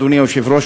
אדוני היושב-ראש,